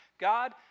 God